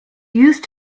used